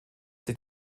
sich